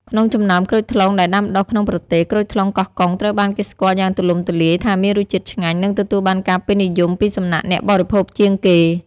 ក្នុងចំណោមក្រូចថ្លុងដែលដាំដុះក្នុងប្រទេស ក្រូចថ្លុងកោះកុងត្រូវបានគេស្គាល់យ៉ាងទូលំទូលាយថាមានរសជាតិឆ្ងាញ់ និងទទួលបានការពេញនិយមពីសំណាក់អ្នកបរិភោគជាងគេ។